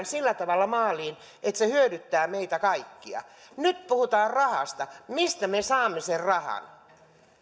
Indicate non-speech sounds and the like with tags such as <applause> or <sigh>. <unintelligible> sillä tavalla maaliin että se hyödyttää meitä kaikkia nyt puhutaan rahasta mistä me saamme sen rahan